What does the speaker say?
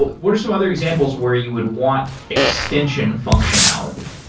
but what are some other examples where you would want extension functionality?